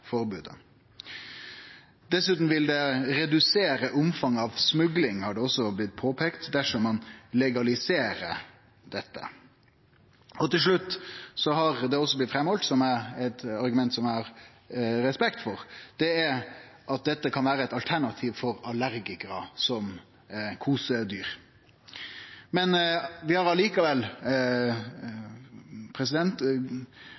vil det redusere omfanget av smugling, er det blitt påpeikt, dersom ein legaliserer dette. Til slutt har det også blitt halde fram – eit argument som eg har respekt for – at dette kan vere eit alternativ som kosedyr for allergikarar. Vi har likevel